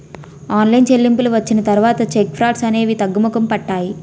online చెల్లింపులు వచ్చిన తర్వాత చెక్ ఫ్రాడ్స్ అనేవి తగ్గుముఖం పట్టాయి